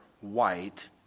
white